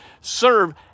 serve